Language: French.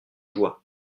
joie